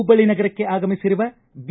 ಹುಬ್ಬಳ್ಳಿ ನಗರಕ್ಕೆ ಆಗಮಿಸಿರುವ ಬಿ